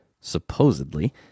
Supposedly